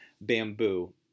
bamboo